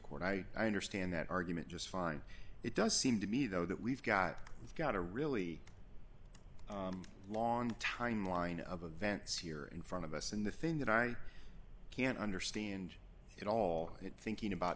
court i understand that argument just fine it does seem to me though that we've got we've got a really long timeline of events here in front of us and the thing that i can't understand it all it thinking about